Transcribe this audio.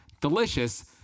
delicious